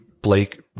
Blake